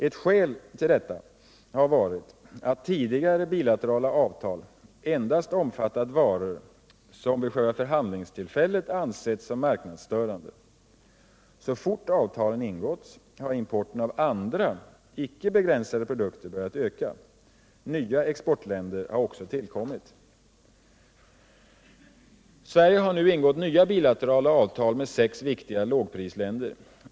Ett skäl härtill har varit att tidigare bilaterala avtal endast omfattat varor, som vid förhandlingstillfället ansetts som marknadsstörande. Så fort avtalen ingåtts har importen av andra, icke begränsade, produkter börjat öka. Nya exportländer har också tillkommit. Sverige har nu ingått nya bilaterala avtal med sex viktiga lågprisländer.